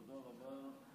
תודה רבה.